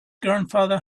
grandfather